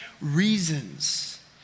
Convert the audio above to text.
reasons